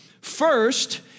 First